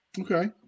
Okay